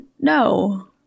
No